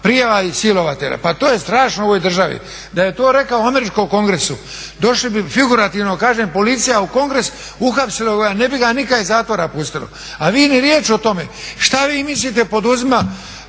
prijavi silovatelja. Pa to je strašno u ovoj državi. Da je to rekao u Američkom kongresu došli bi figurativno kažem policija u Kongresu, uhapsila ga, ne bi ga nikad iz zatvora pustili, a vi ni riječi o tome. Šta vi mislite poduzimat